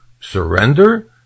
Surrender